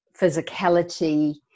physicality